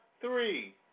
three